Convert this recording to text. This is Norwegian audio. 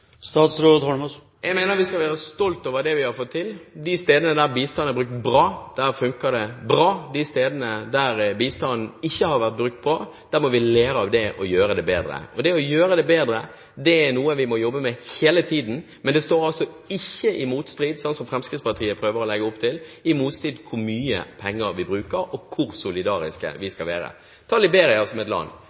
Jeg mener vi skal være stolte av det vi har fått til. De stedene hvor bistanden har vært brukt bra, der funker det bra. De stedene hvor bistanden ikke har vært brukt bra, må vi lære av det og gjøre det bedre. Det å gjøre det bedre er noe vi må jobbe med hele tiden, men dette står altså ikke i motstrid – slik Fremskrittspartiet prøver å legge opp til – til hvor mye penger vi bruker, og hvor solidariske vi skal være. Ta f.eks. Liberia: Liberia er et land